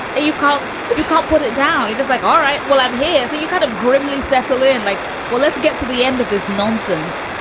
you call if you can't put it down. it was like, all right, well, i'm here. so you kind of grimly settle in like, well, let's get to the end of this nonsense.